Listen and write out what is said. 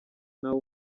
nabi